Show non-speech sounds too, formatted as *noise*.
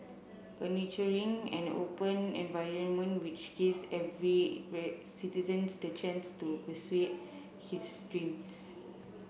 a nurturing and open environment which gives every *unintelligible* citizens the chance to pursue his dreams